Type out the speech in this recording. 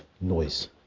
noise